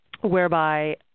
whereby